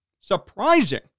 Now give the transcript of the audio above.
Surprising